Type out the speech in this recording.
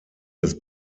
des